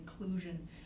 inclusion